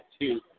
two